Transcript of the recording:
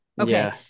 Okay